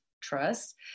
trust